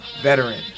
veteran